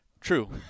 True